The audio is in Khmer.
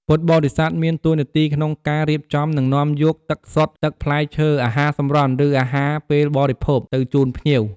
ការជូនទឹក និងអាហារនេះ មិនត្រឹមតែជាការរាក់ទាក់ប៉ុណ្ណោះទេ ប៉ុន្តែក៏ជាការជួយបំបាត់ការស្រេកឃ្លាន និងភាពនឿយហត់របស់ភ្ញៀវដែលបានធ្វើដំណើរមកពីចម្ងាយ ឬចូលរួមពិធីពីដើមដល់ចប់។